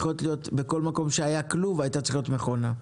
בכל מקום שהיה כלוב, היתה צריכה להיות מכונה,